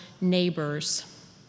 neighbors